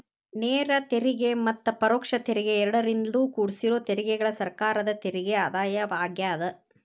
ನೇರ ತೆರಿಗೆ ಮತ್ತ ಪರೋಕ್ಷ ತೆರಿಗೆ ಎರಡರಿಂದೂ ಕುಡ್ಸಿರೋ ತೆರಿಗೆಗಳ ಸರ್ಕಾರದ ತೆರಿಗೆ ಆದಾಯವಾಗ್ಯಾದ